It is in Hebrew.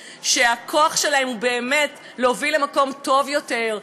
שהכוח שלהם הוא באמת להוביל למקום טוב יותר,